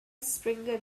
springer